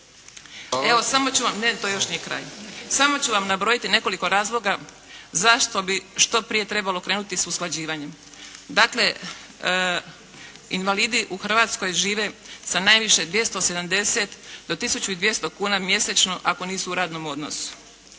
spomenutih 270 propisa? Evo samo ću vam nabrojiti nekoliko razloga, zašto bi što prije trebalo krenuti sa usklađivanjem. Dakle, invalidi u Hrvatskoj žive sa najviše 270,00 do 1.200,00 kuna mjesečno ako nisu u radnom odnosu.